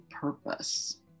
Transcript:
purpose